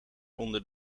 onder